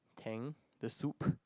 Tang the Song